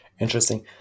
Interesting